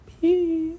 Peace